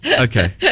Okay